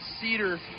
Cedar